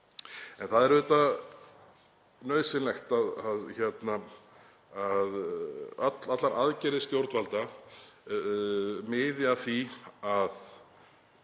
En það er auðvitað nauðsynlegt að allar aðgerðir stjórnvalda miði að því að